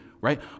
right